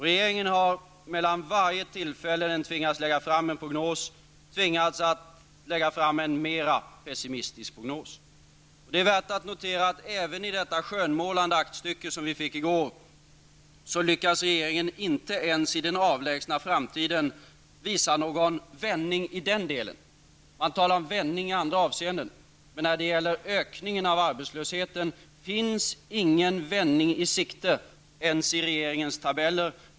Regeringen har mellan varje tillfälle som den har tvingats lägga fram en prognos tvingats att lägga fram en än mera pessimistisk prognos. Det är värt att notera att även i detta skönmålande aktstycke vi fick i går lyckas regeringen inte ens i den avlägsna framtiden visa någon vändning i den delen. Man talar om vändningar i andra avseenden. Men när det gäller ökningen av arbetslösheten finns ingen vändning i sikte ens i regeringens tabeller.